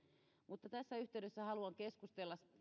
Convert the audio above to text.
mutta tässä yhteydessä haluan keskustella